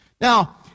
now